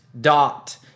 dot